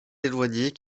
éloignées